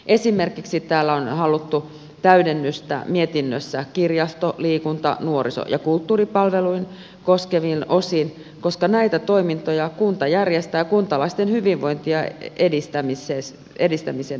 esimerkiksi täällä mietinnössä on haluttu täydennystä kirjasto liikunta nuoriso ja kulttuuripalveluja koskeviin osin koska näitä toimintoja kunta järjestää kuntalaisten hyvinvoinnin edistämisen vuoksi